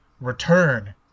return